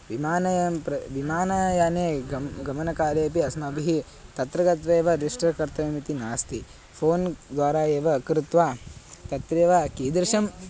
विमानयानं प्र विमानयाने गं गमनकाले अपि अस्माभिः तत्र गत्वा एव रिजिस्टर् कर्तव्यमिति नास्ति फ़ोन्द्वारा एव कृत्वा तत्रेव कीदृशम्